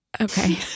Okay